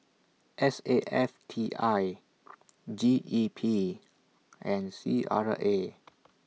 S A F T I G E P and C R A